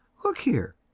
look here,